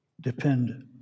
depend